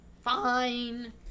Fine